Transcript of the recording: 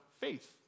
faith